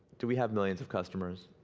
do we have millions of customers,